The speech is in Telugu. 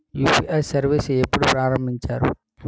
యు.పి.ఐ సర్విస్ ఎప్పుడు ప్రారంభించారు?